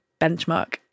benchmark